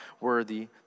worthy